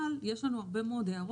אבל יש הרבה מאוד הערות,